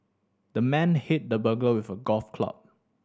the man hit the burglar with a golf club